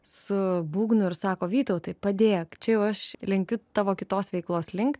su būgnu ir sako vytautai padėk čiajau aš lenkiu tavo kitos veiklos link